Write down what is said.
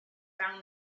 found